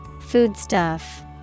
Foodstuff